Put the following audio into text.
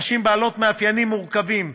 נשים בעלות מאפיינים מורכבים,